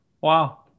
Wow